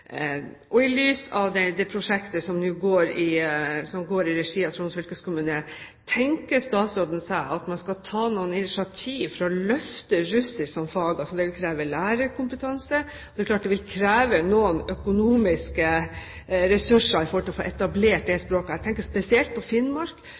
lys av det prosjektet som nå går i regi av Troms fylkeskommune, tenker statsråden seg at man skal ta initiativ for å løfte russisk som fag? Det vil kreve lærerkompetanse, og det er klart at det vil kreve noen økonomiske ressurser for å få etablert språket. Jeg tenker spesielt på Finnmark, hvor vi nå ser for oss at det